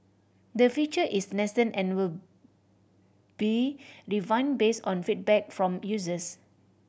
the feature is nascent and will be refined based on feedback from users